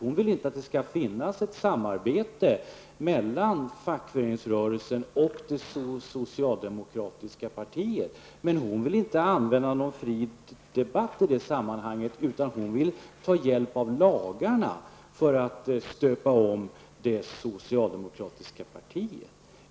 Hon vill inte att det skall finnas ett samarbete mellan fackföreningsrörelsen och det socialdemokratiska partiet. Men Birgit Friggebo vill inte ha en fri debatt, utan hon vill ta hjälp av lagstiftningen för att stöpa om det socialdemokratiska partiet.